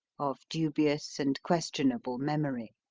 of dubious and questionable memory.